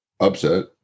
upset